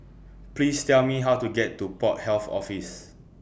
Please Tell Me How to get to Port Health Office